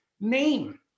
name